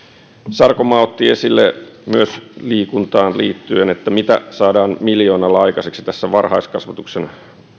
sarkomaa otti esille liikuntaan liittyen että mitä saadaan miljoonalla aikaiseksi varhaiskasvatuksen